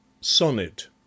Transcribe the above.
Sonnet